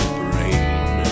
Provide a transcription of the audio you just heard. brain